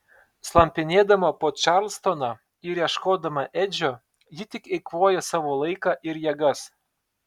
slampinėdama po čarlstoną ir ieškodama edžio ji tik eikvoja savo laiką ir jėgas